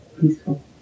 peaceful